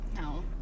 No